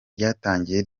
ryatangiye